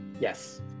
Yes